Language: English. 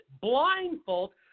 blindfold